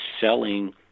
selling